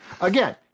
Again